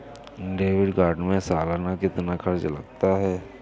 Debit card में सालाना कितना खर्च लगता है?